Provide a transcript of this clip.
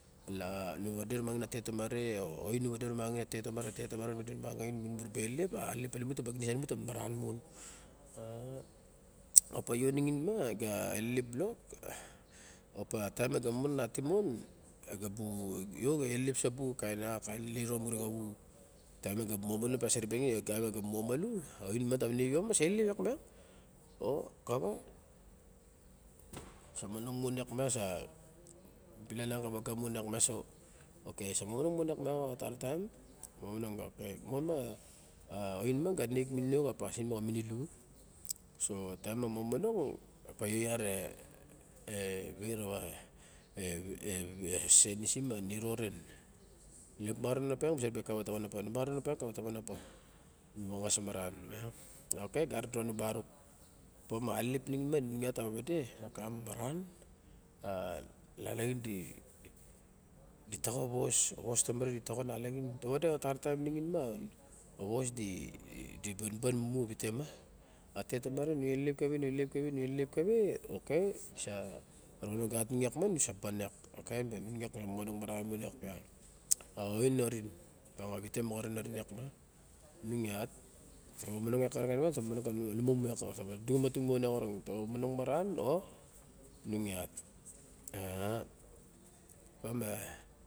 Na nu wade ru ma xin a tet tamare a oin nu wade ru ma xin a tet tomare la mun mu ra ba elelep. elelep ta ni mu ta ba mamaram mon. A- a opa io ma nima ga momonong nating mon io ga elelep sabu kain naro mu re xa wu. Taim e ga sa elelep yiakmiang. Okay wa sa monong sa pilalak a wa ga mon a wa ga ma so. Sa manong mon yiak miang ta ra taim. Okay oin ga nek minin io ka pasin mo xa minilu. So taim e momonong io iat e vet ra wa. senisim a niro ren. Na bu ma ra wa unan opa ka wa ta wan opa mu a xas maran miang. Okay e gat a durana barok opa ma alelep ni xin ma nung iat ta ba wade lok ka mamaran, a nalaxin di taxo a was tomare di ta xo a nalaxin. Nu wade a taim nixin a was di banban mu a vite ma a tet tomare di banban mu a vite ma. A tet tomare nu elelep kave nu elelep kave nu elelep kave okay nu sa ron ogat nung yiak nu sa ban yiak. Okay inung nu sa monong maran mon yiak miang. A oin orin miang a vita inung iat.